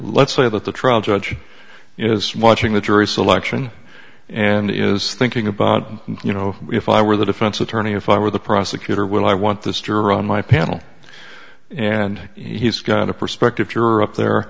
let's say that the trial judge is watching the jury selection and is thinking about you know if i were the defense attorney if i were the prosecutor will i want this juror on my panel and he's got a prospective juror up there